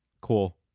Cool